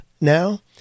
now